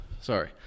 Sorry